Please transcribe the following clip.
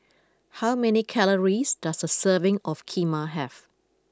how many calories does a serving of Kheema have